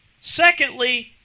Secondly